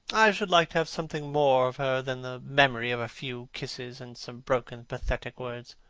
i should like to have something more of her than the memory of a few kisses and some broken pathetic words.